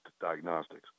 Diagnostics